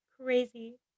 crazy